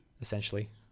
Essentially